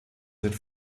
sind